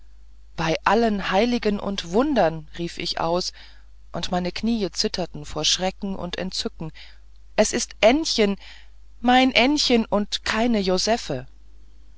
bei allen heiligen und wundern rief ich aus und meine kniee zitterten vor schrecken und entzücken es ist ännchen mein ännchen und keine josephe